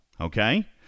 okay